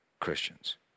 Christians